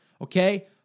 okay